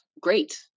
great